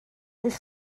eich